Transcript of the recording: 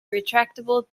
retractable